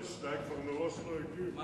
כי שניים כבר מראש לא הגיעו.